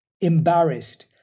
embarrassed